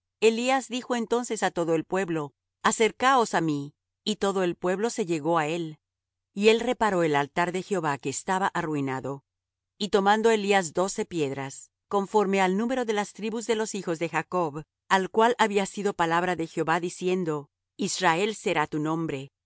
elías dijo entonces á todo el pueblo acercaos á mí y todo el pueblo se llegó á él y él reparó el altar de jehová que estaba arruinado y tomando elías doce piedras conforme al número de las tribus de los hijos de jacob al cual había sido palabra de jehová diciendo israel será tu nombre